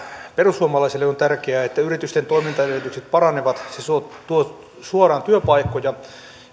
perussuomalaisille on tärkeää että yritysten toimintaedellytykset paranevat se tuo tuo suoraan työpaikkoja